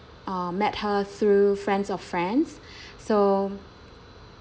uh met her through friends of friends so